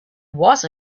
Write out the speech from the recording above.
was